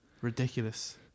ridiculous